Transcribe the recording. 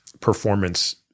performance